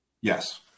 Yes